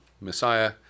Messiah